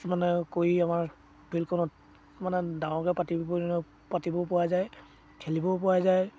মানে কৰি আমাৰ ফিল্ডখনত মানে ডাঙৰকৈ পাতিবলৈ ধৰ পাতিবও পৰা যায় খেলিবও পৰা যায়